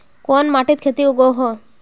कोन माटित खेती उगोहो?